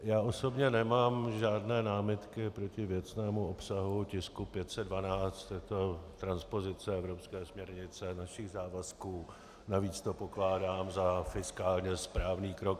Já osobně nemám žádné námitky proti věcnému obsahu tisku 512, je to transpozice evropské směrnice, našich závazků, navíc to pokládám za fiskálně správný krok.